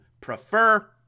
prefer